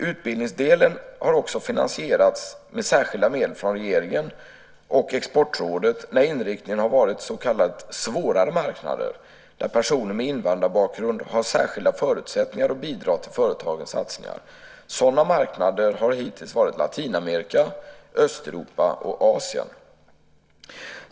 Utbildningsdelen har också finansierats med särskilda medel från regeringen och Exportrådet när inriktningen har varit så kallat svårare marknader, där personer med invandrarbakgrund har särskilda förutsättningar att bidra till företagens satsningar. Sådana marknader har hittills varit Latinamerika, Östeuropa och Asien.